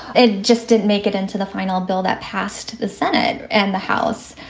it just didn't make it into the final bill that passed the senate and the house.